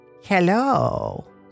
Hello